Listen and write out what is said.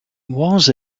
was